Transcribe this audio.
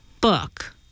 book